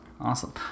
awesome